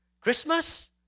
Christmas